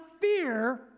fear